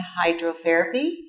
hydrotherapy